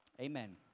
Amen